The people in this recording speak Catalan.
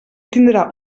tindrà